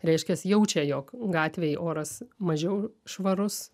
reiškias jaučia jog gatvėj oras mažiau švarus